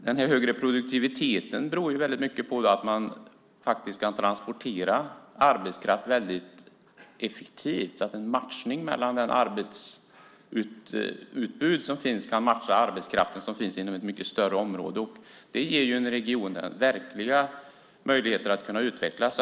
Den högre produktiviteten beror väldigt mycket på att man kan transportera arbetskraft effektivt, så att det arbetsutbud som finns kan matchas med arbetskraften inom ett mycket större område. Det ger en region väldiga möjligheter att utvecklas.